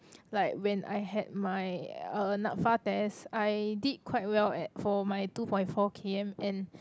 like when I had my uh NAPFA test I did quite well at for my two point four K_M and